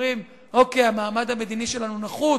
אומרים: אוקיי, המעמד המדיני שלנו נחות?